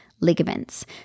ligaments